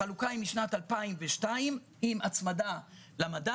החלוקה היא משנת 2002, עם הצמדה למדד.